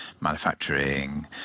manufacturing